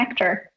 connector